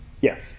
Yes